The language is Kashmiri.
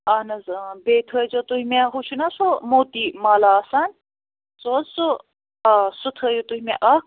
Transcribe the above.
اہن حظ اۭں بیٚیہِ تھایزیٛو تُہۍ مےٚ ہُو چھُ نا سُہ موتی مالہٕ آسان سُہ حظ سُہ آ سُہ تھٲیو تُہۍ مےٚ اَکھ